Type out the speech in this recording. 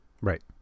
Right